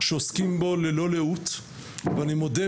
שעוסקים בו ללא לאות ואני מודה,